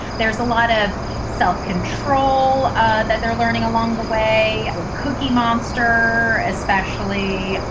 there's a lot of self-control ah that they're learning along the way with cookie monster, especially.